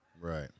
right